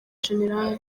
gen